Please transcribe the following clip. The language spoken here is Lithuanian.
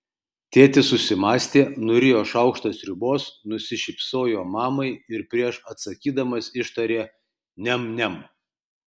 tėtis susimąstė nurijo šaukštą sriubos nusišypsojo mamai ir prieš atsakydamas ištarė niam niam